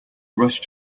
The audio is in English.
rushed